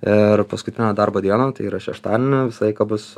ir paskutinę darbo dieną tai yra šeštadienį visą laiką bus